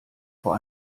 vor